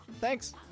Thanks